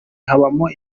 habamo